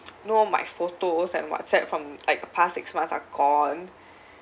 no my photos and WhatsApp from like the past six month are gone